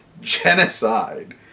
genocide